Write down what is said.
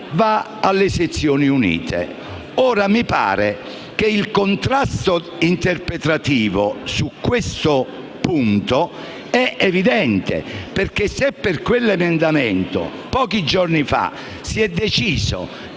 va alle Sezioni unite. Ora, mi sembra che il contrasto interpretativo su questo punto sia evidente perché, se per quell'emendamento pochi giorni fa si è deciso